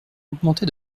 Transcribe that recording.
augmenté